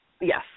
yes